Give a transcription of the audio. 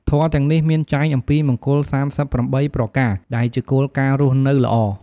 ធម៌ទាំងនេះមានចែងអំពីមង្គល៣៨ប្រការ ដែលជាគោលការណ៍រស់នៅល្អ។